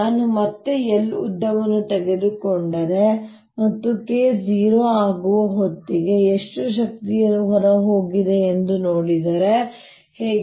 ನಾನು ಮತ್ತೆ L ಉದ್ದವನ್ನು ತೆಗೆದುಕೊಂಡರೆ ಮತ್ತು K 0 ಆಗುವ ಹೊತ್ತಿಗೆ ಎಷ್ಟು ಶಕ್ತಿಯು ಹೊರಹೋಗಿದೆ ಎಂದು ನೋಡಿದರೆ ಹೇಗೆ